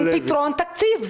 פתרון, תקציב.